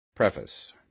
Preface